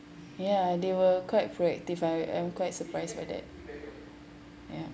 ya they were quite proactive ah I am quite surprised with that ya